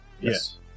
Yes